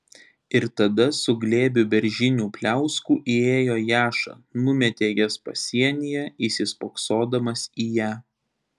ir tada su glėbiu beržinių pliauskų įėjo jaša numetė jas pasienyje įsispoksodamas į ją